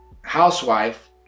housewife